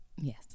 Yes